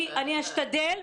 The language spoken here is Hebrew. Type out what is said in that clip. אשתדל.